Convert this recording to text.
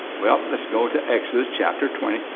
well, let's go to exodus, chapter twenty.